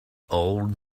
old